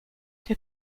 der